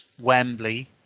Wembley